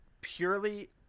purely